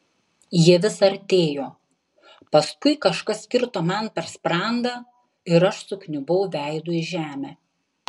jie vis artėjo paskui kažkas kirto man per sprandą ir aš sukniubau veidu į žemę